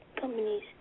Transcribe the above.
companies